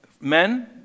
Men